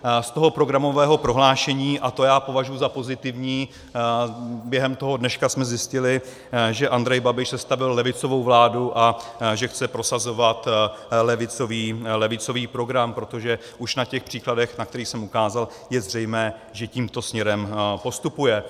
Z toho programového prohlášení, a to já považuji za pozitivní, během dneška jsme zjistili, že Andrej Babiš sestavil levicovou vládu a že chce prosazovat levicový program, protože už na těch příkladech, na které jsem ukázal, je zřejmé, že tímto směrem postupuje.